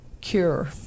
cure